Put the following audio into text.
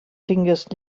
tingues